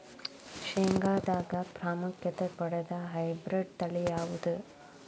ಶೇಂಗಾದಾಗ ಪ್ರಾಮುಖ್ಯತೆ ಪಡೆದ ಹೈಬ್ರಿಡ್ ತಳಿ ಯಾವುದು?